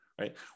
right